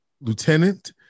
Lieutenant